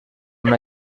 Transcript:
una